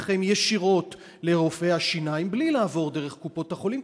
ישירות ביניכם לבין רופאי השיניים בלי לעבור דרך קופות-החולים,